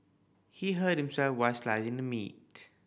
he hurt himself while slicing the meat